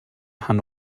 hand